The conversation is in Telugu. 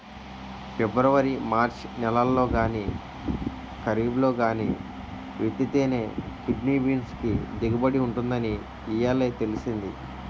పిబ్రవరి మార్చి నెలల్లో గానీ, కరీబ్లో గానీ విత్తితేనే కిడ్నీ బీన్స్ కి దిగుబడి ఉంటుందని ఇయ్యాలే తెలిసింది